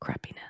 crappiness